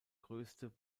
größte